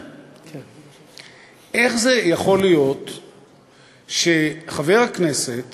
איך זה יכול להיות שחבר הכנסת